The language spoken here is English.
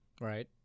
Right